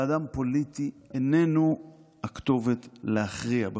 ואדם פוליטי איננו הכתובת להכריע בכך.